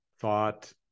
thought